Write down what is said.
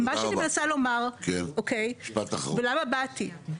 מה שאני מנסה לומר, ולמה באתי,